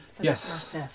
yes